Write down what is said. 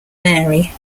mary